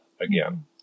again